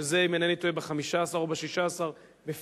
וזה אם אינני טועה ב-15 או ב-16 בפברואר,